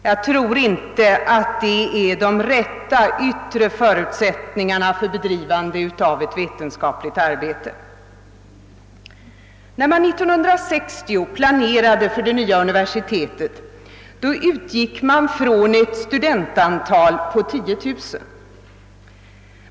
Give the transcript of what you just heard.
Detta är ju inte de rätta yttre förutsättningarna för bedrivande av vetenskapligt arbete. När man 1960 planerade för det nya universitetet utgiek man från ett studentantal på 10 000.